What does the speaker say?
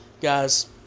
Guys